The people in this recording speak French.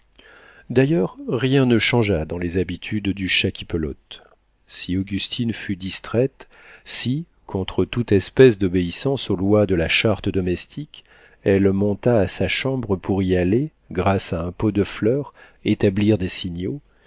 d'ailleurs rien ne changea dans les habitudes du chat qui pelote si augustine fut distraite si contre toute espèce d'obéissance aux lois de la charte domestique elle monta à sa chambre pour y aller grâce à un pot de fleurs établir des signaux